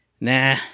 nah